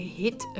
hit